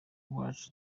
rwacu